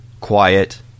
quiet